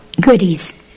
goodies